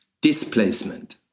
displacement